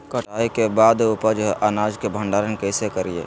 कटाई के बाद उपजल अनाज के भंडारण कइसे करियई?